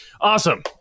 awesome